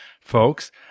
folks